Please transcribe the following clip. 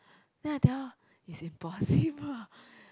then I tell her its impossible